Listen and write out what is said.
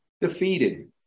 defeated